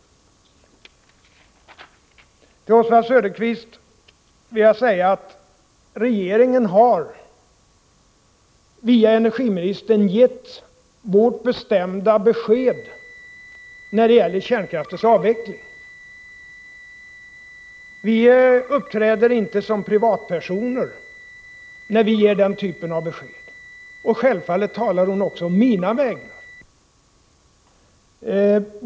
Till Oswald Söderqvist vill jag säga att regeringen via energiministern har gett vårt bestämda besked när det gäller kärnkraftens avveckling. Vi uppträder inte som privatpersoner när vi ger den typen av besked. Självfallet talar hon då också på mina vägnar.